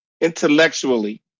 intellectually